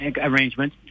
arrangement